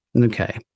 Okay